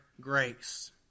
grace